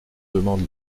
demande